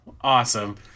Awesome